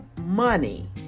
money